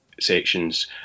sections